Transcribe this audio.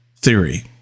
theory